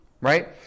right